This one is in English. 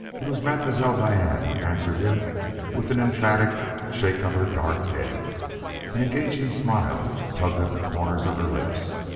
it was mam'selle diane who answered him with an emphatic shake of her dark head an engaging smile tugged at the corners of her lips.